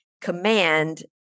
command